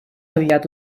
aviat